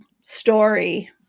story